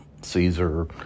Caesar